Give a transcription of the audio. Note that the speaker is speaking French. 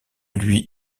lui